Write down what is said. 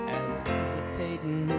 anticipating